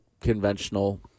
conventional